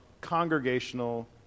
congregational